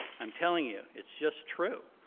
i'm telling you, it's just true.